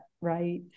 right